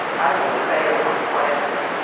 i will fail my classes.